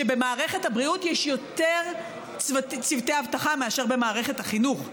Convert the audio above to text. שבמערכת הבריאות יש יותר צוותי אבטחה מאשר במערכת החינוך.